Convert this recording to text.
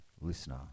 listener